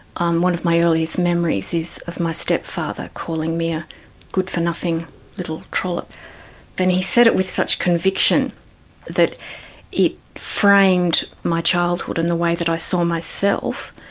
um one of my earliest memories is of my step-father calling me a good for nothing little trollop and he said it with such conviction that it framed my childhood in the way that i saw myself,